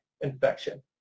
infection